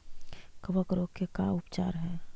कबक रोग के का उपचार है?